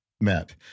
met